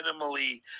minimally